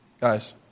Guys